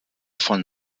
von